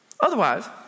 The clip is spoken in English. Otherwise